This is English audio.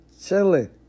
chilling